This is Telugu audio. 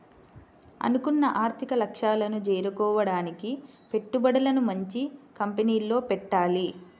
అనుకున్న ఆర్థిక లక్ష్యాలను చేరుకోడానికి పెట్టుబడులను మంచి కంపెనీల్లో పెట్టాలి